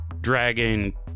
dragon